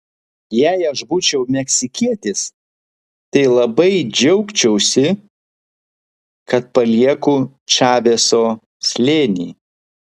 jei aš būčiau meksikietis tai labai džiaugčiausi kad palieku čaveso slėnį